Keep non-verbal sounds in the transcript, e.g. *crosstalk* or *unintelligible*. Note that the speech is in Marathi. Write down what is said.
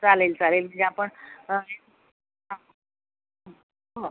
चालेल चालेल म्हणजे आपण *unintelligible* हां हं हो